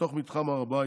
בתוך מתחם הר הבית.